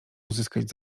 uzyskać